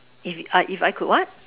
if if I could what